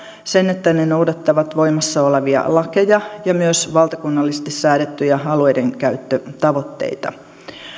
sen että ne noudattavat voimassa olevia lakeja ja myös valtakunnallisesti säädettyjä alueidenkäyttötavoitteita